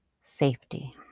safety